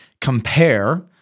compare